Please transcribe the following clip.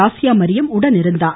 Asia Mariyam உடனிருந்தார்